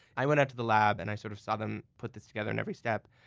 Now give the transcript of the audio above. i went up to the lab, and i sort of saw them put this together in every step.